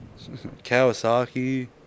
Kawasaki